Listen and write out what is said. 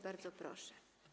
Bardzo proszę.